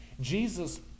Jesus